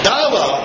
Dawa